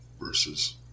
versus